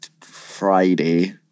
Friday